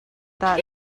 dah